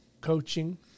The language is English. coaching